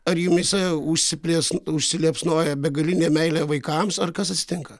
ar jumyse užsiplies užsiliepsnoja begalinė meilė vaikams ar kas atsitinka